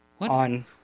on